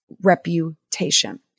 reputation